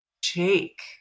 shake